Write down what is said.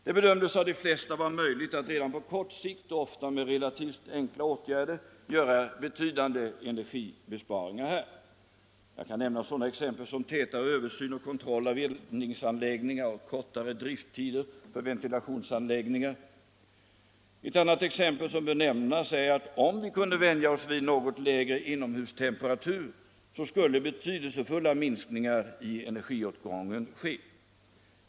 Det bedöms av de flesta vara möjligt att redan på kort sikt och ofta med relativt enkla åtgärder göra betydande energibesparingar här. Jag kan nämna sådana exempel som tätare översyner och kontroller av uppvärmningsanläggningar och kortare drifttider för ventilationsanläggningar. Ett annat exempel som kan nämnas är att om vi kunde vänja oss vid något lägre inomhustemperatur skulle betydelsefulla minskningar i energiåtgången ske.